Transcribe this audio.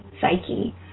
psyche